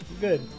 good